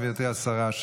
גברתי השרה,